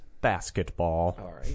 basketball